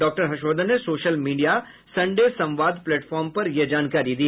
doctor Harshvardhan ने social media Sunday संवाद platform पर यह जानकारी दी